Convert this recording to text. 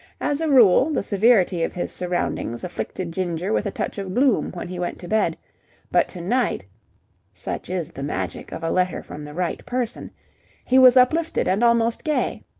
as a rule, the severity of his surroundings afflicted ginger with a touch of gloom when he went to bed but to-night such is the magic of a letter from the right person he was uplifted and almost gay.